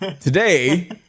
Today